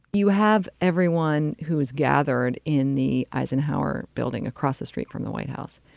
you have everyone who is gathered in the eisenhower building across the street from the white house.